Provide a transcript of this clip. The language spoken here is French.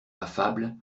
affable